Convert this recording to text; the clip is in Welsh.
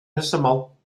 rhesymol